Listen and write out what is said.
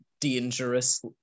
dangerous